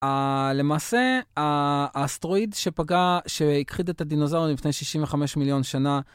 למעשה, האסטרואיד שפגע, שהכחיד את הדינוזאורים לפני 65 מיליון שנה,